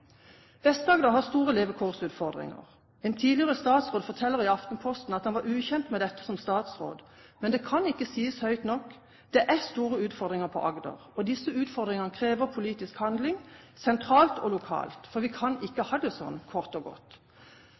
har store levekårsutfordringer. En tidligere statsråd forteller i Aftenposten at han var ukjent med dette som statsråd. Men det kan ikke sies høyt nok – det er store utfordringer i Agder. Disse utfordringene krever politisk handling, sentralt og lokalt, for vi kan ikke ha det slik, kort og godt!